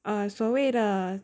err 所谓的